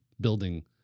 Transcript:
building